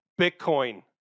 Bitcoin